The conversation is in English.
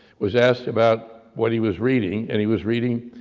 was asked about what he was reading, and he was reading,